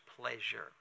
pleasure